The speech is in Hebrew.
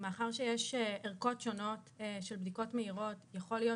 מאחר שיש ערכות שונות של בדיקות מהירות יכול להיות